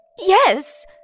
Yes